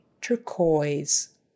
turquoise